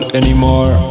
anymore